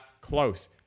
close